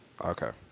Okay